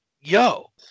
yo